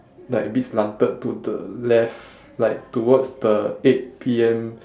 like a bit slanted to the left like towards the eight P_M